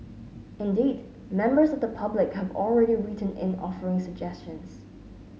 indeed members of the public have already written in offering suggestions